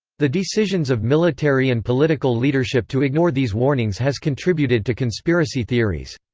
the decisions of military and political leadership to ignore these warnings has contributed to conspiracy theories.